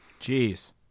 Jeez